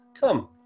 come